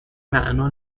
معنا